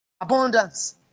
abundance